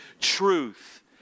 truth